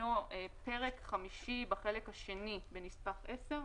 ישנו פרק חמישי בחלק השני, בנספח 10,